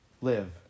live